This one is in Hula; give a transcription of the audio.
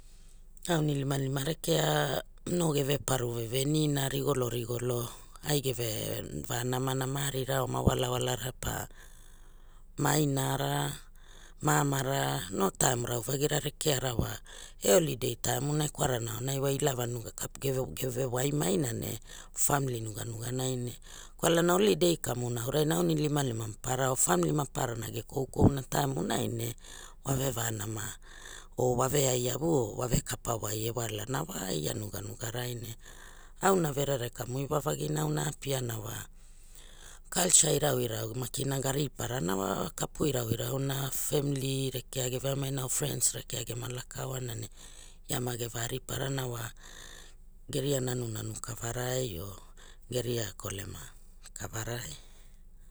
Aunilimalima rekea no geve para vevenina rigolo rigolo ai geve va namana ma aria or ma walawala pa ma inara ma amara no taim rauvagira rekeara wa eh holiday taimuna e kwarana holiday kamuna aurai ne aunilimalima maparara o famili maparara ge koukoura tamunai ne wa vevanama or wa veaiavu or wavekapawai e walana wa ia nuganuga rai ne auna verere kamu iwavagina auna a apiana wa culture irauirau makina ga rparana wa kapu irauirau na famili rekea ge veamai na or friends rekera gema laka oana ne ia mage va riparana wa geria nanunanu kava rai or geria kolema kavarai